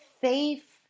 Faith